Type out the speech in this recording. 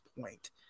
point